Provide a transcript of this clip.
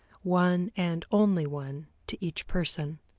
one and only one to each person.